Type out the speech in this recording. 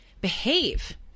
behave